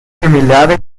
similares